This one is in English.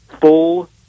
full